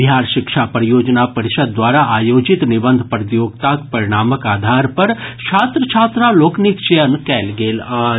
बिहार शिक्षा परियोजना परिषद द्वारा आयोजित निबंध प्रतियोगिताक परिणामक आधार पर छात्र छात्राक लोकनिक चयन कयल गेल अछि